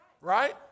Right